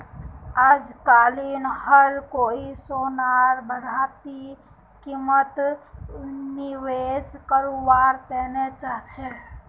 अजकालित हर कोई सोनार बढ़ती कीमतत निवेश कारवार तने चाहछै